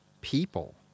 people